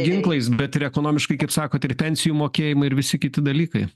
ginklais bet ir ekonomiškai kaip sakot ir pensijų mokėjimai ir visi kiti dalykai